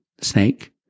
snake